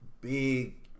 Big